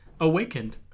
awakened